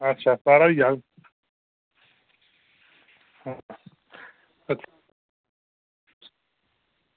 अच्छा सारा होई जाह्ग